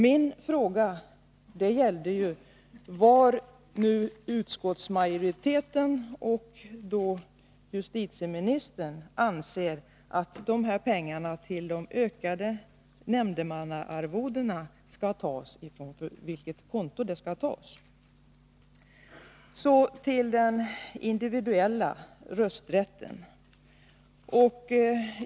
Min fråga gällde från vilket konto utskottsmajoriteten och justitieministern anser att pengarna till de ökade nämndemannaarvodena skall tas. Så till den individuella rösträtten.